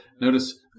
notice